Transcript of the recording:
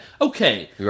okay